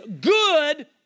good